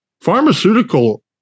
pharmaceutical